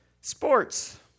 Sports